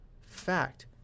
fact